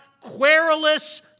querulous